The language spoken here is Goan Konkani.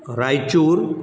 रायचूर